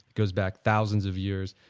goes back thousands of years,